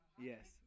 Yes